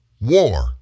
war